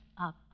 up